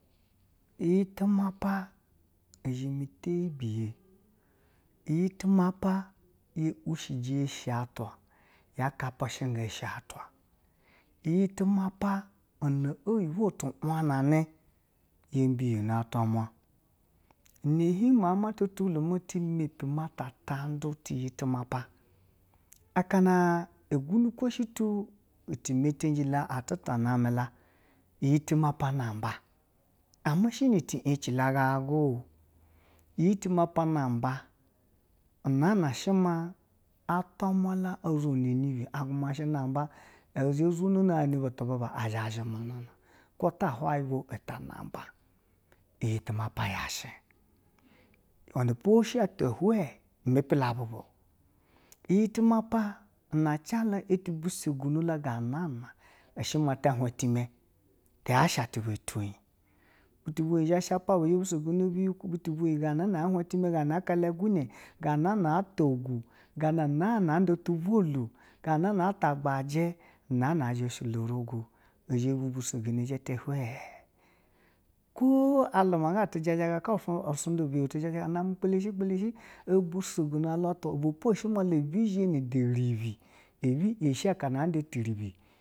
Iyi timapa i zhime tebiye, iyi tima pa we ishije eshi atwa ya kapi shigan ɛshɛ atwa, iyi timapa no oyibwo iti wanana, yee biyono atwamwo ɛna hiin ma, ma tatinhulo ma timepi ma ti tan ti iyi timapa, aka na oguniko shitu ɛti meteji ati name la, iyi timapa namba la ama shi no ti yece la ganaga, iyi timapa namba, unana shima atwa mwo la o zhono emibi agumashi namba a zha o zhono no a tibibe emibi ɛ zha a zhamanana, kwo ta hweyi boo ɛtinamb a iyi timapa yashi, iwenepo she atwa hwan mepi la tibibwe iyi timapa ina jala itibisegeno maa ta hwa itime ti yashi atwa atwe yi batu bwe yi zha shipa bwa bwo bisegono bu ganana hwan time ganana ata uku ganana anda tivwolo gananana ata igbaji, unana a zha shilo orogo a zha mbisegono ɛjete hwan kwo a luma ga tijajaga kwo isunda biyonyo ga tijajaga kwo isunda biyonyo ga tijajaga name gbele shi gbele shi ɛmbisegono iwe pepo ibe zhe nu uta ga wee ibi ibi ishi aka ada ti ribi.